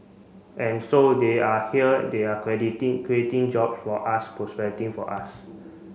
and so they are here they are creating jobs for us for us